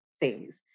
phase